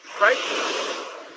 Right